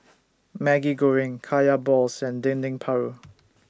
Maggi Goreng Kaya Balls and Dendeng Paru